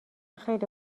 خیلی